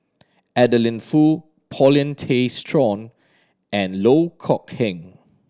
Adeline Foo Paulin Tay Straughan and Loh Kok Heng